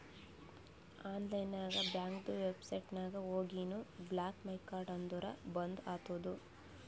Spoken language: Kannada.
ಆನ್ಲೈನ್ ನಾಗ್ ಬ್ಯಾಂಕ್ದು ವೆಬ್ಸೈಟ್ ನಾಗ್ ಹೋಗಿನು ಬ್ಲಾಕ್ ಮೈ ಕಾರ್ಡ್ ಅಂದುರ್ ಬಂದ್ ಆತುದ